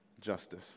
justice